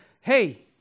hey